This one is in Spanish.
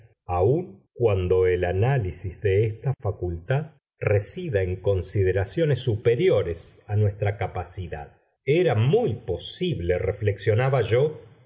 aun cuando el análisis de esta facultad resida en consideraciones superiores a nuestra capacidad era muy posible reflexionaba yo